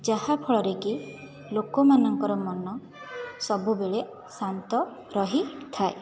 ଯାହା ଫଳରେକି ଲୋକମାନଙ୍କର ମନ ସବୁବେଳେ ଶାନ୍ତ ରହିଥାଏ